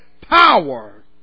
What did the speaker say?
power